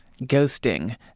Ghosting